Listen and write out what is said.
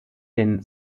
den